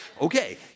Okay